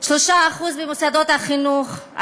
3% במוסדות החינוך,